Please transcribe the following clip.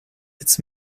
its